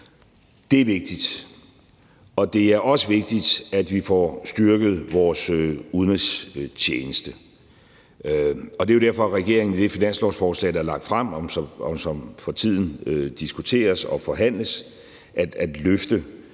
Det er vigtigt, og det er også vigtigt, at vi får styrket vores udenrigstjeneste. Det er jo også derfor, regeringen i det finanslovsforslag, der er lagt frem, og som for tiden diskuteres og forhandles, løfter